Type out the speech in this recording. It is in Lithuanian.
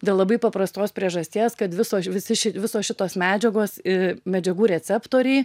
dėl labai paprastos priežasties kad visos visi ši visos šitos medžiagos i medžiagų receptoriai